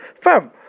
fam